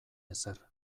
ezer